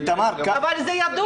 אבל זה ידוע,